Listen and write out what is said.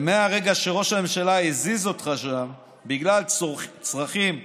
ומהרגע שראש הממשלה הזיז אותך בגלל צרכים פוליטיים,